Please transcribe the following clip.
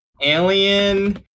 Alien